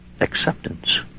acceptance